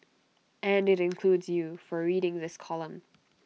and IT includes you for reading this column